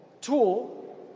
tool